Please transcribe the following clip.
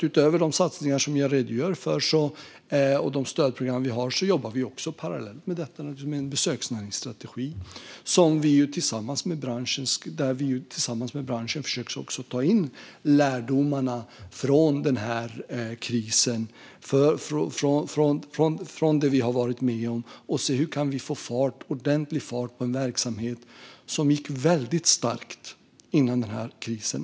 Utöver de satsningar som jag redogör för och de stödprogram vi har jobbar vi också parallellt med en besöksnäringsstrategi. Där försöker vi tillsammans med branschen att ta in lärdomarna från krisen och det vi har varit med om för att se: Hur kan vi få ordentlig fart på en verksamhet som gick väldigt starkt innan krisen?